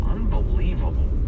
Unbelievable